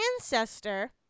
ancestor